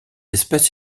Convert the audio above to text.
espèce